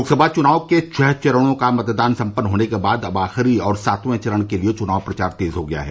लोकसभा चुनाव के छह चरणों का मतदान सम्पन्न होने के बाद अब आखिरी और सातवें चरण के लिये चुनाव प्रचार तेज हो गया है